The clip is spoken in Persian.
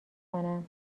کنم